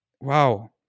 Wow